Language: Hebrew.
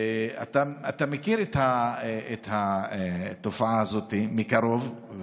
ואתה מכיר את התופעה הזאת מקרוב,